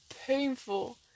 painful